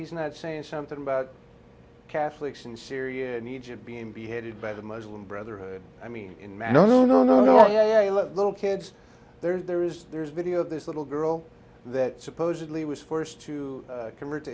he's not saying something about catholics in syria and egypt being beheaded by the muslim brotherhood i mean no no no no no no little kids there is there is video of this little girl that supposedly was forced to convert to